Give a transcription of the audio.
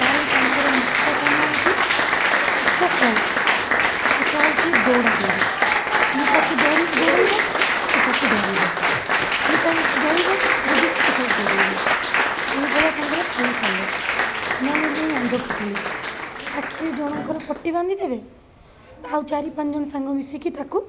ତାହେଲେ ତାଙ୍କର ମୁଖ୍ୟ କାମ ହଉଛି ମାନେ ମୁଖ୍ୟ ଖେଳ ସେଇଟା ହଉଛି ଦୌଡ଼ାଦୌଡ଼ି ଇଏ ତାକୁ ଧରି ଗୋଡ଼େଇବ ସିଏ ତାକୁ ଧରିବ ଇଏ ତାଙ୍କୁ ଧରିବ ଯଦି ସିଏ ତାକୁ ଗୋଡ଼େଇବ ଏଇଭଳିଆ ତାଙ୍କର ଖେଳ ଚାଲେ ନହେଲେ ନାହିଁ ଅନ୍ଧପୁଟୁଳି ଆଖିରେ ଜଣଙ୍କର ପଟି ବାନ୍ଧିଦେବେ ଆଉ ଚାରି ପାଞ୍ଚଜଣ ସାଙ୍ଗ ମିଶିକି ତାକୁ